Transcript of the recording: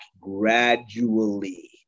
gradually